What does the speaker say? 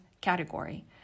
category